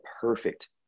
perfect